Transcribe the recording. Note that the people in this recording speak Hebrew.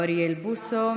אוריאל בוסו,